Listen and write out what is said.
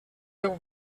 déu